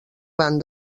van